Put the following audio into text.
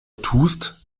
tust